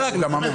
מה לא ברור?